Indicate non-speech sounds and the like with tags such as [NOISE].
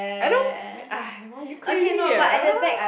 I don't uh !wah! you crazy ah [LAUGHS]